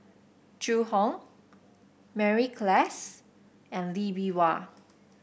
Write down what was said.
Zhu Hong Mary Klass and Lee Bee Wah